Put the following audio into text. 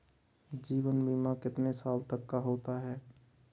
जीवन बीमा कितने साल तक का होता है?